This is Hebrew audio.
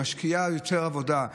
שמשקיעים בה יותר עבודה,